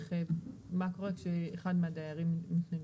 לגבי מה קורה כשאחד מהדיירים מתנגד.